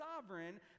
sovereign